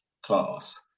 class